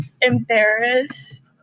embarrassed